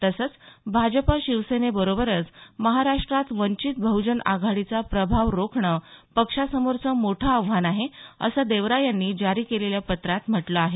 तसंच भाजप शिवसेने बरोबरच महाराष्ट्रात वंचित बह्जन आघाडीचा प्रभाव रोखणं पक्षासमोरचं मोठं आव्हान आहे असं देवरा यांनी जारी केलेल्या पत्रात म्हटलं आहे